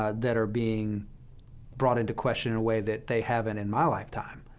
ah that are being brought into question in a way that they haven't in my lifetime.